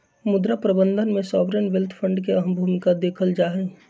मुद्रा प्रबन्धन में सॉवरेन वेल्थ फंड के अहम भूमिका देखल जाहई